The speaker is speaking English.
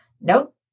nope